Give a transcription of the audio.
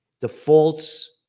defaults